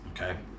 okay